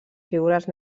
figures